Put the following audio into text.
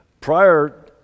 Prior